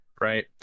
Right